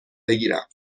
بگیرم